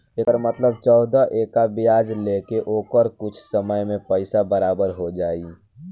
एकर मतलब चौदह टका ब्याज ले के ओकर कुछ समय मे पइसा बराबर हो जाई